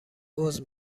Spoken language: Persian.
عذر